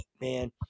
man